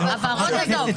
הבהרות זה טוב,